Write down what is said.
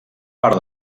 part